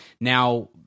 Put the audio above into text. now